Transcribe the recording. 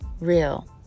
real